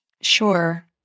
Sure